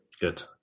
Good